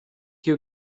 you